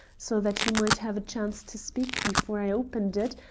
so that you might have a chance to speak before i opened it,